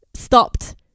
stopped